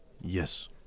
Yes